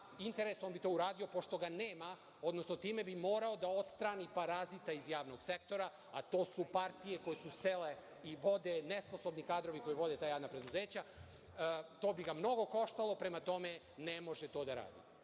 interes, on bi to uradio. Pošto ga nema, odnosno time bi morao da odstrani parazita iz javnog sektora, a to su partije koje su sele i vode nesposobni kadrovi koji vode ta javna preduzeća. To bi ga mnogo koštalo. Prema tome, ne može to da radi. Što